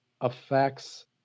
affects